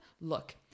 look